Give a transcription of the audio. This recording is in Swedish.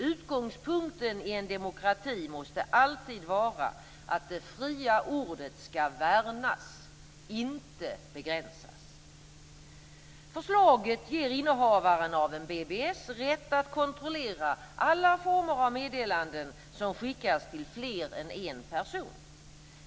Utgångspunkten i en demokrati måste alltid vara att det fria ordet skall värnas - inte begränsas. Förslaget ger innehavaren av en BBS rätt att kontrollera alla former av meddelanden som skickas till fler än en person.